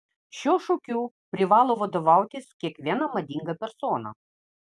šiuo šūkiu privalo vadovautis kiekviena madinga persona